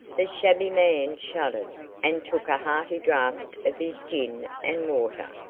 the shabby man shuddered, and took a hearty draught of his gin and water.